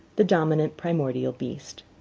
the dominant primordial beast